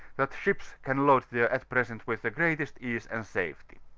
that ships can load there at present with the greatest ease and safety.